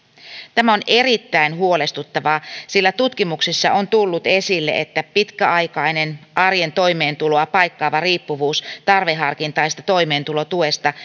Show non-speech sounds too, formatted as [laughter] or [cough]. tämä on erittäin huolestuttavaa sillä tutkimuksissa on tullut esille että pitkäaikainen arjen toimeentuloa paikkaava riippuvuus tarveharkintaisesta toimeentulotuesta [unintelligible]